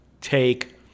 take